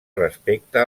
respecte